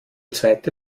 zweite